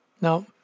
Now